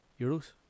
Euros